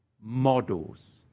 Models